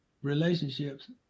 relationships